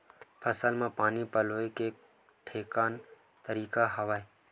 फसल म पानी पलोय के केठन तरीका हवय?